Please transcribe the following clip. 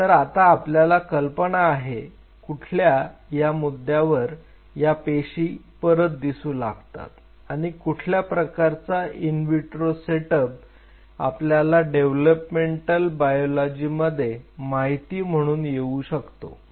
तर आता आपल्याला कल्पना आहे कुठल्या या मुद्द्यावर या पेशी परत दिसू लागतात आणि कुठल्या प्रकारचा इन विट्रो सेटअप आपल्याला डेव्हलपमेंटल बायलॉजीमध्ये माहिती म्हणून येऊ शकतो